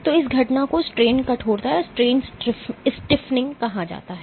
तो इस घटना को स्ट्रेन कठोरता कहा जाता है